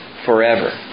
forever